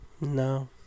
no